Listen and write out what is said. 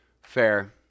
fair